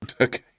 Okay